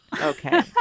Okay